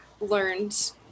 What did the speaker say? learned